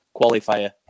qualifier